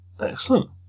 Excellent